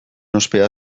ospea